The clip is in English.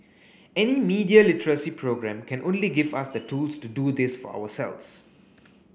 any media literacy programme can only give us the tools to do this for ourselves